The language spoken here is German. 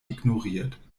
ignoriert